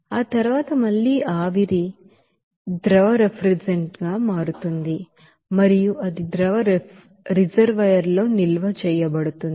ఆ తర్వాత మళ్లీ ఆ ఆవిరి ఆ ద్రవ రిఫ్రిజిరెంట్ గా మారుతుంది మరియు అది ద్రవ రిజర్వాయర్ లో నిల్వ చేయబడుతుంది